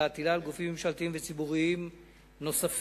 ולהטילה על גופים ממשלתיים וציבוריים נוספים,